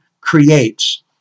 creates